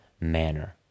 manner